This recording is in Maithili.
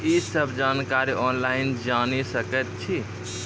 ई सब तरीका ऑनलाइन जानि सकैत छी?